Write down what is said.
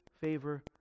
favor